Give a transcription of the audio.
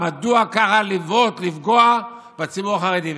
מדוע ככה לבעוט, לפגוע בציבור החרדי?